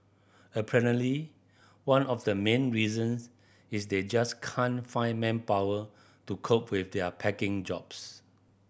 apparently one of the main reasons is they just can't find manpower to cope with their packing jobs